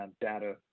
data